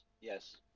Yes